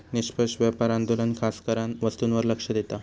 निष्पक्ष व्यापार आंदोलन खासकरान वस्तूंवर लक्ष देता